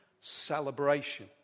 celebration